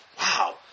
Wow